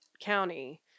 county